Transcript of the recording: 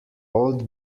old